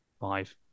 five